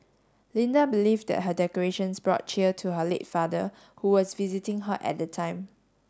Linda believed that her decorations brought cheer to her late father who was visiting her at the time